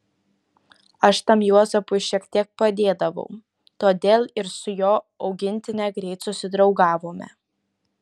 aš tam juozapui šiek tiek padėdavau todėl ir su jo augintine greit susidraugavome